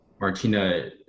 Martina